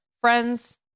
friends